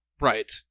Right